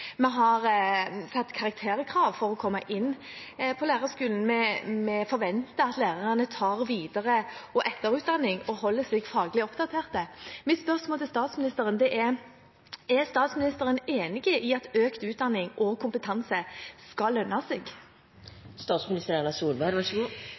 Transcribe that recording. vi har stilt karakterkrav for å komme inn på lærerhøyskolen, og vi forventer at lærerne tar videre- og etterutdanning og holder seg faglig oppdatert. Mitt spørsmål til statsministeren er: Er statsministeren enig i at økt utdanning og kompetanse skal lønne